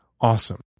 awesome